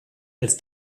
als